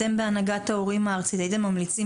אתם בהנהגת ההורים הארצית הייתם ממליצים